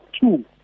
two